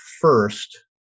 first